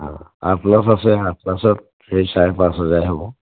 অঁ আটলাছ আছে আটলাছত সেই চাৰে পাঁচ হাজাৰে হ'ব